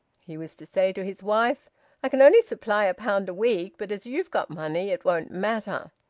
he was to say to his wife i can only supply a pound a week, but as you've got money it won't matter.